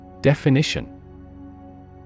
Definition